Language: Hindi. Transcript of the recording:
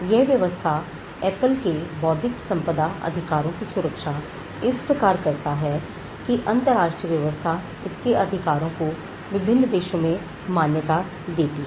यह व्यवस्था एप्पल के बौद्धिक संपदा अधिकारों की सुरक्षा इस प्रकार करता है कि अंतरराष्ट्रीय व्यवस्था इसकी अधिकारों को विभिन्न देशों में मान्यता देती है